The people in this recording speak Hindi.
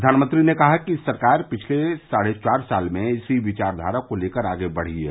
प्रघानमंत्री ने कहा कि सरकार पिछले साढ़े चार साल में इसी विचारधारा को लेकर आगे बढ़ी है